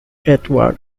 edward